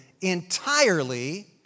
entirely